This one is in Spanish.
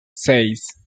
seis